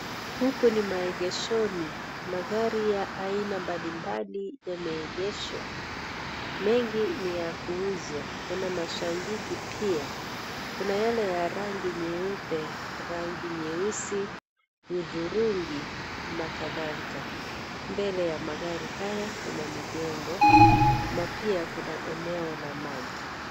Huku ni maegeshoni magari ya aina mbalimbali yemeegeshwa. Mengi ni ya kuuzwa, kuna mashangiki pia. Kuna yale ya rangi nyeupe, rangi nyeusi, hudhurungi, na kadhalika. Mbele ya magari haya, kuna mijengo, na pia kuna eneo la maji.